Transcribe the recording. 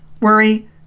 worry